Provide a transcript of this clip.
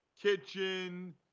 kitchen